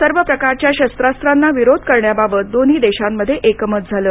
सर्व प्रकारच्या शस्त्रास्त्रांना विरोध करण्याबाबत दोन्ही देशांमध्ये एकमत झालं